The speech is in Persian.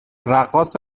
رقاص